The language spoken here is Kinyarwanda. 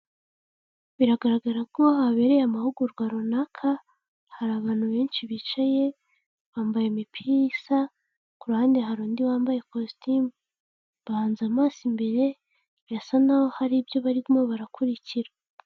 Biragaragara ko habereye amahugurwa runaka hari abantu benshi bicaye bambaye imipira isa, ku ruhande hari undi wambaye ikositimu, bahanze amaso imbere birasa naho hari ibyo barimo barakurikira.